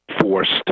forced